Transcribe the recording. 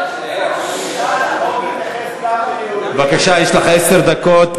בואו נתייחס, בבקשה, יש לך עשר דקות.